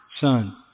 son